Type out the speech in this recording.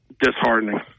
disheartening